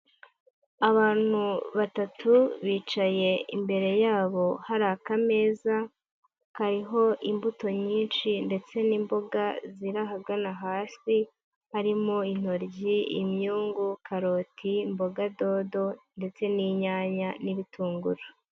Abantu batatu bicaye imbere yabo hari akameza kariho imbuto nyinshi ndetse n'imboga ziri ahagana hasi, harimo intoryi, imyungu, karoti, imboga dodo ndetse n'inyanya n'ibitunguru.